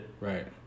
Right